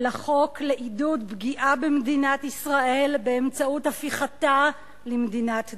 לחוק לעידוד פגיעה במדינת ישראל באמצעות הפיכתה למדינת דיכוי.